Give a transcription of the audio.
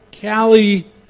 Callie